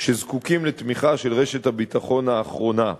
שזקוקים לתמיכה של רשת הביטחון האחרונה,